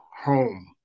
home